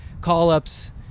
call-ups